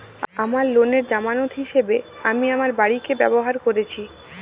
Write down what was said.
আমার লোনের জামানত হিসেবে আমি আমার বাড়িকে ব্যবহার করেছি